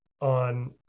on